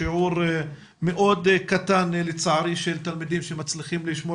שיעור מאוד קטן לצערי של תלמידים שמצליחים לשמור